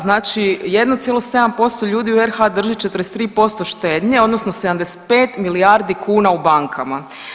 Znači 1,7% ljudi u RH drži 43% štednje odnosno 75 milijardi kuna u bankama.